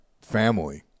family